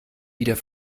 wieder